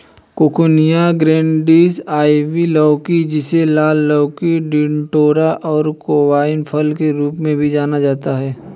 coccinia grandis, ivy लौकी, जिसे लाल लौकी, टिंडोरा और कोवाई फल के रूप में भी जाना जाता है